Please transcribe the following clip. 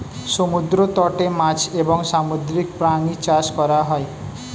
সমুদ্র তটে মাছ এবং সামুদ্রিক প্রাণী চাষ করা হয়